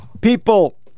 people